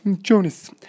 Jonas